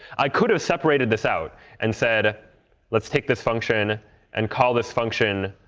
i could have separated this out and said let's take this function and call this function